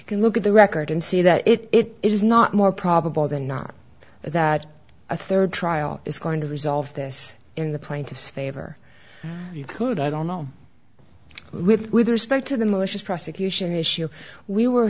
you can look at the record and see that it is not more probable than not that a third trial is going to resolve this in the plaintiff's favor you could i don't know with respect to the malicious prosecution issue we were